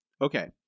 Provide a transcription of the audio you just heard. okay